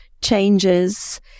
changes